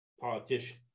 politician